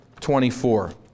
24